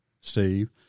Steve